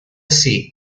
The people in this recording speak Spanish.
sea